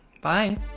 Bye